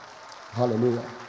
Hallelujah